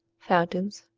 fountains,